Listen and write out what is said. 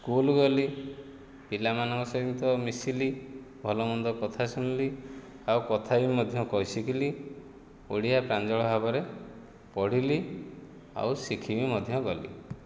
school ଗଲି ପିଲାମାନଙ୍କ ସହିତ ମିଶିଲି ଭଲମନ୍ଦ କଥା ଶୁଣିଲି ଆଉ କଥା ବି ମଧ୍ୟ କହିଶିଖିଲି ଓଡ଼ିଆ ପ୍ରାଞ୍ଜଳ ଭାବରେ ପଢ଼ିଲି ଆଉ ଶିଖିବି ମଧ୍ୟ ଗଲି